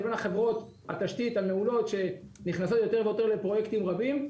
לבין חברות התשתית המעולות שנכנסות יותר ויותר לפרויקטים רבים,